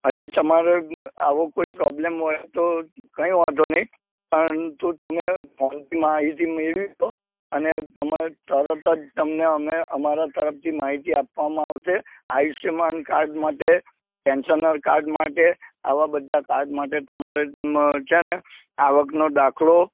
હાજી તમારે આવો કોઈ પ્રોબ્લમ હોય તો કઈ વાંધો નય પણ તો તમે ફોનથી માહિતી મેળવી લો અને તમારે તરત જ તમને અમે અમારા તરફથી માહિતી આપવામાં આવશે આયુષ્યમાન કાર્ડ માટે પેન્સનન કાર્ડ માટે આવા બધા કાર્ડ માટે તમારે છે ને આવકનો દાખલો